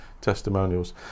testimonials